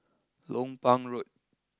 Lompang Road